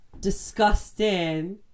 Disgusting